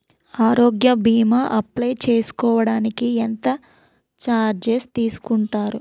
ఆరోగ్య భీమా అప్లయ్ చేసుకోడానికి ఎంత చార్జెస్ తీసుకుంటారు?